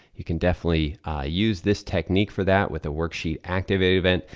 you can definitely use this technique for that with the worksheet activate event.